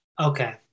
Okay